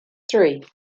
three